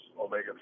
omega